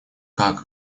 как